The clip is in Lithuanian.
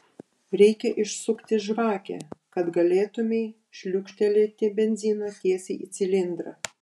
reikia išsukti žvakę kad galėtumei šliukštelėti benzino tiesiai į cilindrą